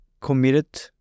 committed